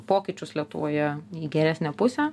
pokyčius lietuvoje į geresnę pusę